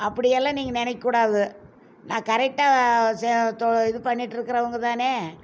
அப்படியெல்லாம் நீங்க நினைக்கக்கூடாது நான் கரெக்டாக இது பண்ணிட்ருக்கறவங்கதானே